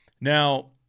Now